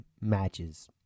matches